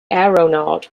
aeronaut